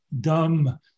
dumb